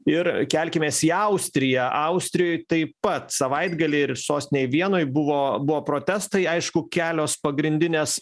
ir kelkimės į austriją austrijoj taip pat savaitgalį ir sostinėj vienoj buvo buvo protestai aišku kelios pagrindinės